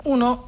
Uno